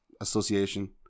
association